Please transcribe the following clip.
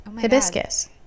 hibiscus